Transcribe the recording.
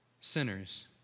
Sinners